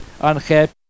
unhappy